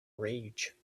rage